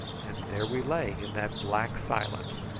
and there we lay in that black silence,